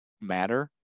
matter